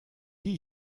die